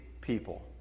people